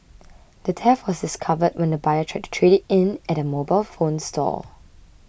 the theft was discovered when the buyer tried to trade it in at a mobile phone stop